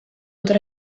tra